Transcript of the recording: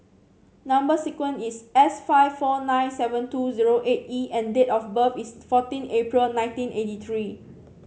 number sequence is S five four nine seven two zero eight E and date of birth is fourteen April nineteen eighty three